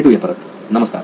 भेटूया परत नमस्कार